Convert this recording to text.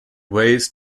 ways